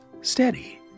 steady